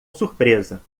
surpresa